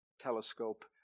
telescope